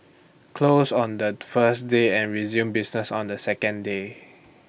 closed on that first day and resumes business on the second day